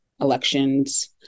elections